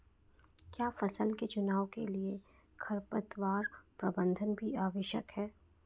क्या फसल के चुनाव के लिए खरपतवार प्रबंधन भी आवश्यक है?